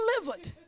delivered